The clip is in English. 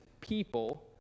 people